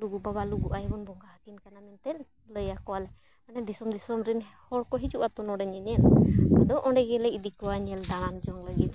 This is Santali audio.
ᱞᱩᱜᱩ ᱵᱟᱵᱟ ᱞᱩᱜᱩ ᱟᱭᱳᱵᱚᱱ ᱵᱚᱸᱜᱟ ᱟᱹᱠᱤᱱ ᱠᱟᱱᱟ ᱢᱮᱱᱛᱮ ᱞᱟᱹᱭᱟᱠᱚᱣᱟᱞᱮ ᱢᱟᱱᱮ ᱫᱤᱥᱚᱢ ᱫᱤᱥᱚᱢ ᱨᱮᱱ ᱦᱚᱲᱠᱚ ᱦᱤᱡᱩᱜᱼᱟᱛᱚ ᱱᱚᱸᱰᱮ ᱧᱮᱧᱮᱞ ᱟᱫᱚ ᱚᱸᱰᱮ ᱜᱮᱞᱮ ᱤᱫᱤ ᱠᱚᱣᱟ ᱧᱮᱞ ᱫᱟᱲᱟᱱ ᱡᱚᱝ ᱞᱟᱹᱜᱤᱫ